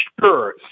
sure